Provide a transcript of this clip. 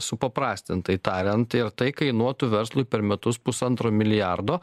supaprastintai tariant ir tai kainuotų verslui per metus pusantro milijardo